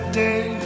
day